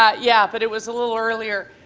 yeah yeah but it was a little earlier.